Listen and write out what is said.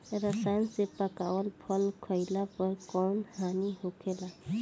रसायन से पकावल फल खइला पर कौन हानि होखेला?